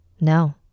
No